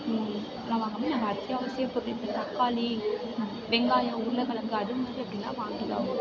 அதெல்லாம் வாங்காமல் நம்ம அத்தியாவசிய பொருள் இப்போ தக்காளி வெங்காயம் உருளைக் கெழங்கு அது வந்துட்டு எப்படின்னா வாங்கி தான் ஆகணும்